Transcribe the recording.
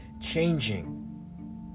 changing